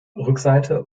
rückseite